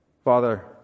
Father